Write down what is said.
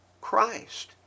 Christ